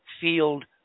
field